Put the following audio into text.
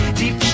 deep